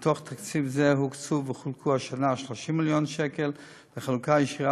מתוך תקציב זה הוקצו וחולקו השנה 30 מיליון שקל בחלוקה ישירה